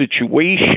situation